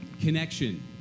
connection